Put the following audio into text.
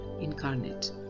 incarnate